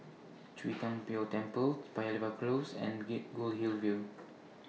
Chwee Kang Beo Temple Paya Lebar Close and get Goldhill View